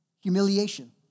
Humiliation